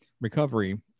recovery